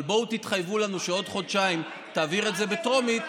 אבל בואו תתחייבו לנו שעוד חודשיים תעבירו את זה בטרומית,